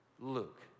Luke